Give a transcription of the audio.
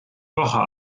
woche